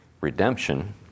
redemption